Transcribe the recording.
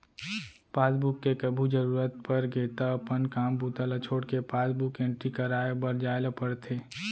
passbook के कभू जरूरत परगे त अपन काम बूता ल छोड़के पासबुक एंटरी कराए बर जाए ल परथे